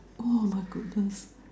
oh my goodness